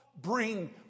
bring